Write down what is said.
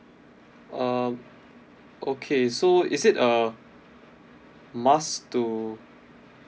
um okay so is it a must to